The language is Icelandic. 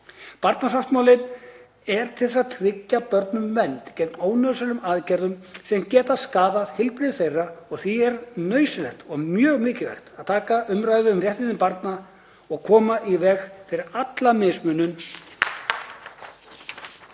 Barnasáttmálinn er til þess að tryggja börnum vernd gegn ónauðsynlegum aðgerðum sem geta skaðað heilbrigði þeirra. Því er nauðsynlegt og mjög mikilvægt að taka umræðu um réttindi barna og koma í veg fyrir alla mismunun.